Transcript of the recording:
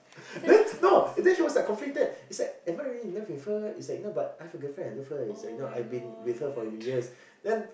then no then he was conflicted is like am I really in love with her but I have a girlfriend I love her and I've been with her for years